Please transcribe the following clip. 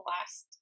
last